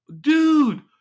dude